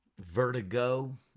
vertigo